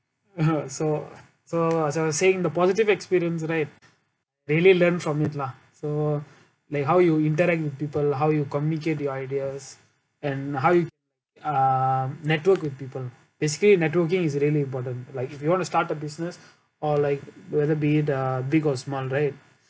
(uh huh) so so as I was saying the positive experience right really learn from it lah so like how you interact with people how you communicate your ideas and how you uh network with people basically networking is really important like if you want to start a business or like whether be it uh big or small right